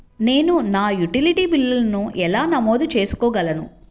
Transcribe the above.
నేను నా యుటిలిటీ బిల్లులను ఎలా నమోదు చేసుకోగలను?